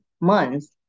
months